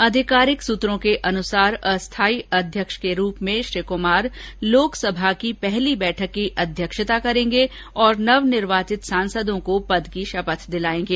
आधिकारिक सुत्रों के अनुसार अस्थाई अध्यक्ष के रूप में श्री कुमार लोकसभा की पहली बैठक की अध्यक्षता करेंगे और नव निर्वाचित सांसदों को पद की शपथ दिलाएंगे